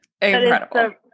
Incredible